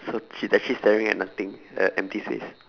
so she's actually staring at nothing a empty space